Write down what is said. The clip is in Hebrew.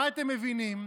מה אתם מבינים?